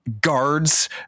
guards